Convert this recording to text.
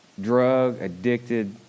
drug-addicted